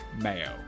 mayo